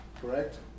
correct